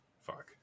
Fuck